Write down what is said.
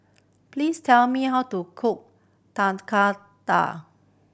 please tell me how to cook